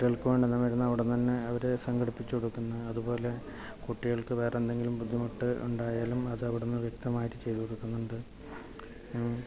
കുട്ടികൾക്ക് വേണ്ടുന്ന മരുന്ന് അവിടെ നിന്നു തന്നെ അവർ സംഘടിപ്പിച്ചു കൊടുക്കും അതുപോലെ കുട്ടികൾക്ക് കുട്ടികൾക്ക് വേറെ എന്തെങ്കിലും ബുദ്ധിമുട്ട് ഉണ്ടായാലും അതു അവിടെ നിന്ന് വ്യക്തമായിട്ട് ചെയ്തു കൊടുക്കുന്നുണ്ട്